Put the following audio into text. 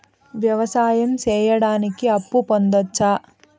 వ్యవసాయం సేయడానికి అప్పు పొందొచ్చా?